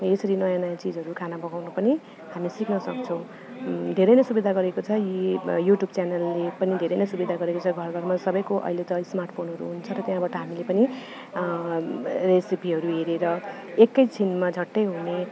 यसरी नयाँ नयाँ चिजहरू खाना पकाउनु पनि हामी सिक्नसक्छौँ धेरै नै सुविधा गरेको छ यो युट्युब च्यानलले पनि धेरै नै सुविधा गरेको छ घर घरमा सबैको अहिले त स्मार्टफोनहरू हुन्छ र त्यहाँबाट हामीले पनि रेसिपीहरू हेरेर एकैछिनमा झट्टै हुने